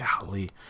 golly